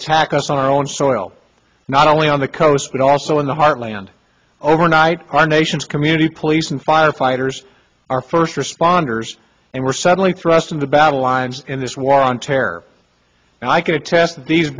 attack us on our own soil not only on the coast but also in the heartland overnight our nation's community police and firefighters are first responders and were suddenly thrust into battle lines in this war on terror and i can attest th